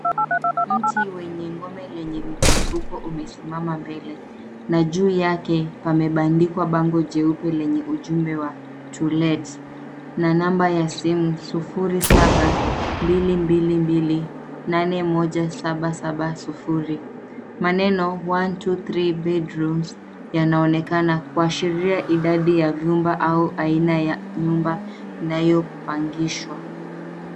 Mti wenye ngome lenye mipasuko umesimama mbele na juu yake pamebandikwa bango jeupe lenye ujumbe wa To Let na namba ya simu 07-222-81770, maneno 123 bedrooms yanaonekana kuashiria idadi ya vyumba au aina ya nyumba inayopangishwa.